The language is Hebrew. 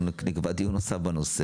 אנחנו נקבע דיון נוסף בנושא.